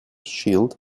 shield